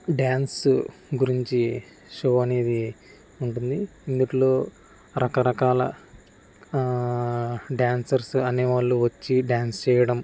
dance గురించి show అనేది ఉంటుంది ఇందుట్లో రకరకాల డ్యాన్సర్స్ అనేవాళ్ళు వచ్చి డ్యాన్స్ చేయడం